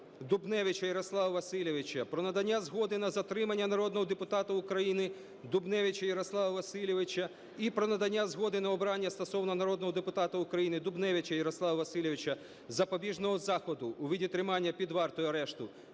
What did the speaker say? Дубневича Ярослава Васильовича, про надання згоди на затримання народного депутата України Дубневича Ярослава Васильовича і про надання згоди на обрання стосовно народного депутата України Дубневича Ярослава Васильовича запобіжного заходу у виді тримання під вартою (арешту),